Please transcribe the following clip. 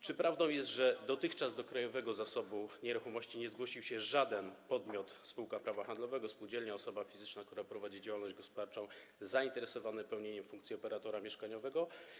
Czy prawdą jest, że dotychczas do Krajowego Zasobu Nieruchomości nie zgłosił się żaden podmiot - spółka prawa handlowego, spółdzielnia, osoba fizyczna, która prowadzi działalność gospodarczą, zainteresowane pełnieniem funkcji operatora mieszkaniowego?